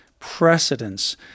Precedence